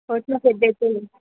मग ठीक आहे देते मी